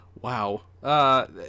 Wow